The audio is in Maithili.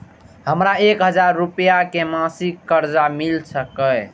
हमरा एक हजार रुपया के मासिक कर्जा मिल सकैये?